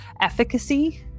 efficacy